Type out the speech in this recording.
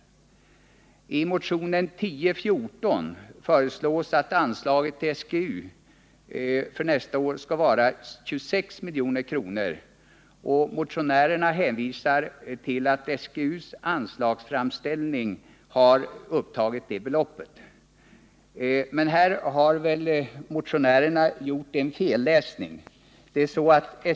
I motionen 1014 föreslås att anslaget till SGU för nästa år skall vara 26 milj.kr., och motionärerna hänvisar till att SGU:s anslagsframställning har upptagit det beloppet. Men här har nog motionärerna gjort en felläsning.